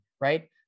right